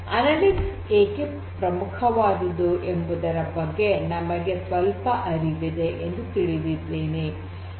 analytics ಏಕೆ ಪ್ರಮುಖವಾದದ್ದು ಎಂಬುದರ ಬಗ್ಗೆ ನಮಗೆ ಸ್ವಲ್ಪ ಅರಿವಿದೆ ಎಂದು ತಿಳಿದಿದ್ದೇನೆ